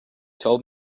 told